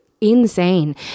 Insane